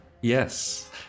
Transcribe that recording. yes